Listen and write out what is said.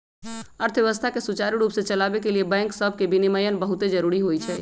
अर्थव्यवस्था के सुचारू रूप से चलाबे के लिए बैंक सभके विनियमन बहुते जरूरी होइ छइ